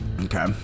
Okay